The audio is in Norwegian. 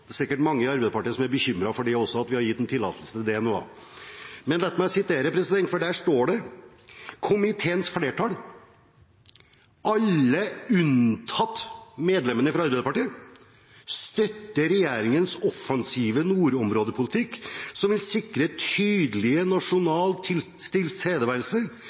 er sikkert mange i Arbeiderpartiet som er bekymret for det også, at vi nå har gitt en tillatelse til det. Men la meg sitere fra side 25 i innstillingen, for der står det: «Komiteens flertall, alle unntatt medlemmene fra Arbeiderpartiet, støtter regjeringens offensive nordområdepolitikk som vil sikre tydelig nasjonal tilstedeværelse,